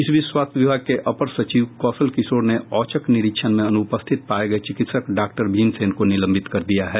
इस बीच स्वास्थ्य विभाग के अपर सचिव कौशल किशोर ने औचक निरीक्षण में अनुपस्थित पाये गये चिकित्सक डॉ भीमसेन को निलंबित कर दिया है